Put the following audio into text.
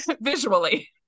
visually